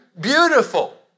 beautiful